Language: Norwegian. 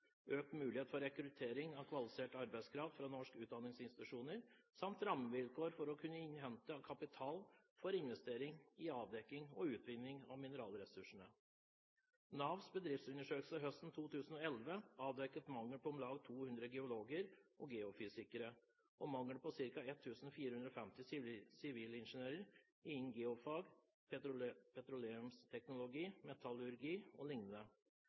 økt mulighet for rekruttering av kvalifisert arbeidskraft fra norske utdanningsinstitusjoner samt rammevilkår for å kunne innhente kapital for investering i avdekking og utvinning av mineralressurser. Navs bedriftsundersøkelse høsten 2011 avdekket mangel på om lag 200 geologer og geofysikere og mangel på ca. 1 450 sivilingeniører innen geofag, petroleumsteknologi, metallurgi